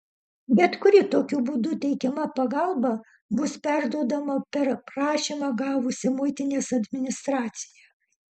bet kuri tokiu būdu teikiama pagalba bus perduodama per prašymą gavusią muitinės administraciją